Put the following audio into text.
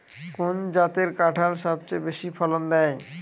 কোন জাতের কাঁঠাল সবচেয়ে বেশি ফলন দেয়?